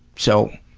so,